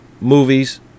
movies